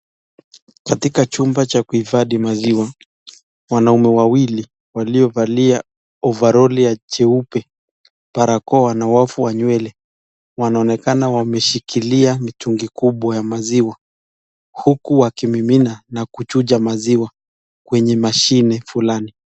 Katika chumba cha kuhifadhi maziwa wanaume wawili waliovalia ovaroli ya jeupe, barakoa na wavu wa nywele wanonekana wameshikilia mitungi kubwa ya maziwa huku wakimimina na kuchuja maziwa kwenye mashine fulani